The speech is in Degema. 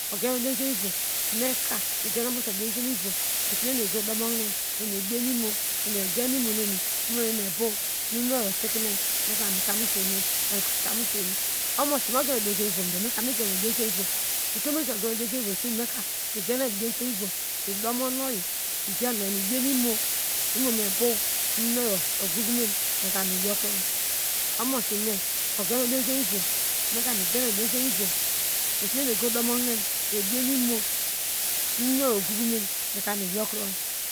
Ogen mediom kemu ivom meka migen omosiyo midiom kemo vom esinu eni egu domo hine ebienu imo eni eyen imo nene imone ni ebow nunu oyi osikime meka mita mu osuweime omasime ogien me diomke moivom do me kar migen oyi midiom ke move utum esinu oyi ogen medioke mo vom oyo esinu meka migo gen oyi midion kemo ivom mi domono oyi migan nu oyi mi bienu imo imome ebow nunu oyi ogogo me meka miyokron omosime ogen me diomke me vom meka nugen oyinu diom ken mivom esinu eni ego dowo hine ebinu mo nunu oyi ogogome meka mi yokron